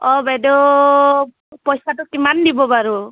অঁ বাইদেউ পইচাটো কিমান দিব বাৰু